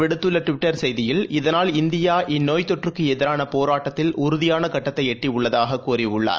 விடுத்துள்ளட்விட்டர் செய்தியில் இதனால் இந்தியா இந்நோய்த் இதுகுறித்துஅவர் தொற்றுக்குஎதிரானபோராட்டத்தில் உறுதியானகட்டத்தைஎட்டியுள்ளதாககூறியுள்ளார்